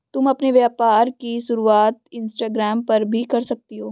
तुम अपने व्यापार की शुरुआत इंस्टाग्राम पर भी कर सकती हो